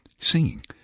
singing